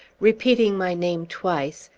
repeating my name twice,